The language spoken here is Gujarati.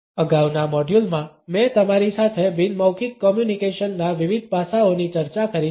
1808 અગાઉના મોડ્યુલમાં મેં તમારી સાથે બિન મૌખિક કોમ્યુનિકેશનના વિવિધ પાસાઓની ચર્ચા કરી છે